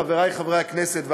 חברי חברי הכנסת,